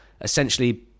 essentially